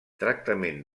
tractament